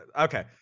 okay